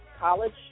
college